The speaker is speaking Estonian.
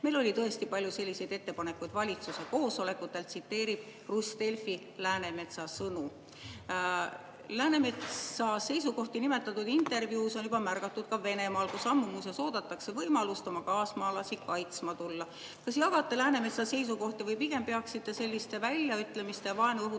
Meil oli tõesti palju selliseid ettepanekuid valitsusele koosolekutel." Läänemetsa seisukohti nimetatud intervjuus on juba märgatud ka Venemaal, kus ammu muuseas oodatakse võimalust oma kaasmaalasi kaitsma tulla. Kas jagate Läänemetsa seisukohti või pigem peaksite selliste väljaütlemiste, vaenu õhutamise